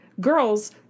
Girls